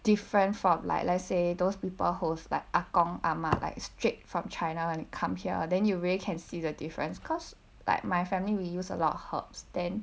different from like let's say those people host like 阿公阿嬷:ah gong ah ma like straight from china when you come here then you really can see the difference cause like my family we use a lot of herbs then